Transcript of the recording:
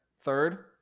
Third